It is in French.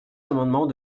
amendement